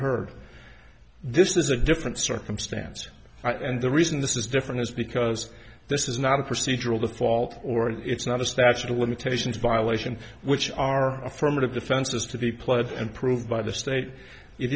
heard this is a different circumstance and the reason this is different is because this is not a procedural the fault or if it's not a statute of limitations violation which are affirmative defenses to be pled and proved by the state it